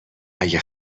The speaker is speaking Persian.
اگه